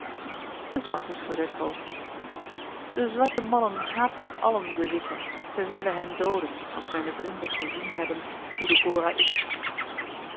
de zwarte schudde het hoofd de zwarte mannen haten allen de witte zij zullen hen dooden als mijne vrienden gezien hebben hoe de bora is